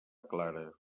clara